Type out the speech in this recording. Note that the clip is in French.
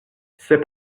ces